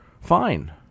fine